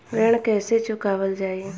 ऋण कैसे चुकावल जाई?